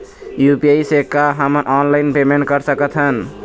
UPI से का हमन ऑनलाइन पेमेंट कर सकत हन?